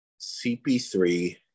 CP3